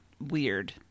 weird